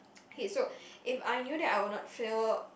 okay so if I knew that I would not fail